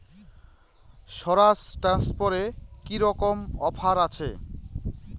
স্বরাজ ট্র্যাক্টরে কি রকম অফার আছে?